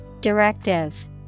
Directive